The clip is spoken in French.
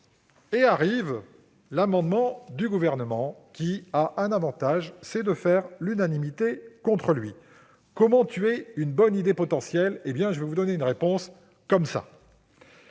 Arrive l'amendement du Gouvernement, qui a un avantage : faire l'unanimité contre lui. Comment tuer une bonne idée potentielle ? Eh bien ! je vais vous donner la réponse : comme ça